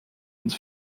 uns